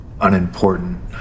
unimportant